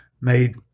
made